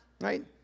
right